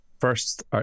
First